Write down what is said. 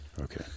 Okay